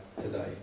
today